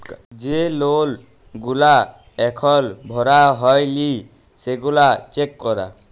যে লল গুলা এখল ভরা হ্যয় লি সেগলা চ্যাক করা